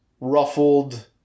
ruffled